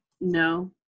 No